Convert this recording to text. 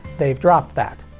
they've dropped that.